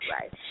right